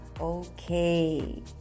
okay